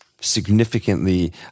significantly